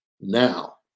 now